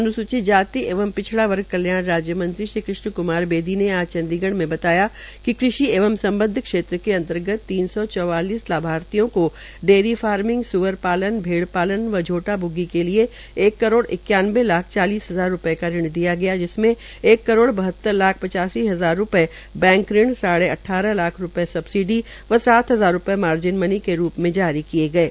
अन्सूचित जाति एवं पिछड़ा वर्ग कल्याण राज्य मंत्री श्री कृष्ण कुमार बेदी ने आज चंडीगढ़ में बताया है कि कृषि एवं सबद्ध क्षेत्र के अंतर्गत तीन सौ चौवालिस लाभार्थियों को डेयररी फार्मिंग सुअर पालन भेड़ पालन और झोटा ब्ग्गी के लिए के लिए एक करोड़ इक्यानवे लाख चालीस हजार रूपये का ऋण दिया गया है जिसमे एक करोड़ बहतर लाख पचासी हजार रूपये बैंक ऋण साढ़े अटठारह लाख रूप्ये सबसिडी व सात हजार रूपये मार्जन मनी के रूप में जारी की किये गये